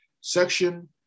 section